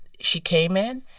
she came in,